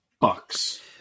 bucks